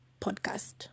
podcast